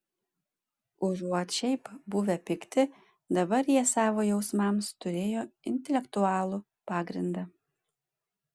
užuot šiaip buvę pikti dabar jie savo jausmams turėjo intelektualų pagrindą